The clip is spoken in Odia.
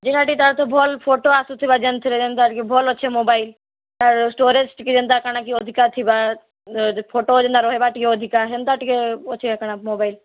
ଯେହେଥି ତା'ର୍ ଅର୍ଥ ଭଲ୍ ଫୋଟୋ ଆସୁଥିବା ଯେନ୍ଥିରେ ଯେନ୍ଟାକି ଭଲ୍ ଅଛେ ମୋବାଇଲ୍ ତା ଷ୍ଟୋରେଜ୍ ଟିକେ ଯେନ୍ତା କା'ଣାକି ଅଧିକା ଥିବା ଫୋଟୋ ଯେନ୍ତା ରହିବା ଟିକେ ଅଧିକା ହେନ୍ତା ଟିକେ ଅଛେ କା'ଣା ମୋବାଇଲ୍